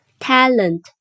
talent